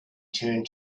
turned